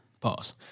Pause